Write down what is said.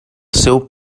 seu